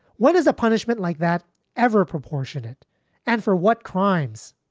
what is a punishment like that ever proportionate and for what crimes?